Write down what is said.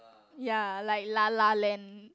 ya like La La Land